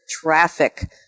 traffic